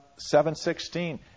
7.16